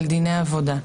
של דיני עבודה,